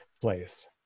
place